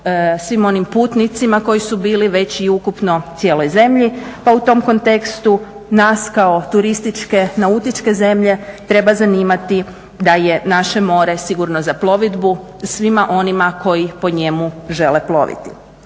svim onim putnicima koji su bili već i ukupno cijeloj zemlji. Pa u tom kontekstu nas kao turističke, nautičke zemlje treba zanimati da je naše more sigurno za plovidbu svima onima koji po njemu žele ploviti.